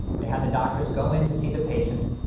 they had the doctors go in to see the patient,